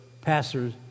pastor's